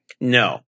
No